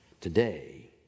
Today